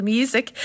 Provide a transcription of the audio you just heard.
Music